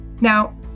now